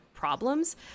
problems